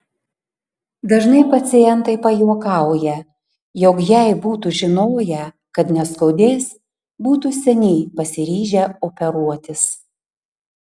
dažnai pacientai pajuokauja jog jei būtų žinoję kad neskaudės būtų seniai pasiryžę operuotis